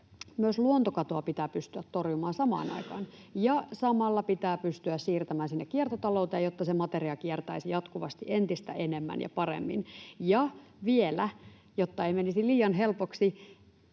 myös luontokatoa pitää pystyä torjumaan samaan aikaan. Ja samalla pitää pystyä siirtymään sinne kiertotalouteen, jotta se materia kiertäisi jatkuvasti entistä enemmän ja paremmin. Ja vielä, jotta ei menisi liian helpoksi,